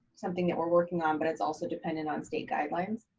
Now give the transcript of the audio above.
something that we're working on, but it's also dependent on state guidelines.